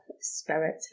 spirit